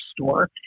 store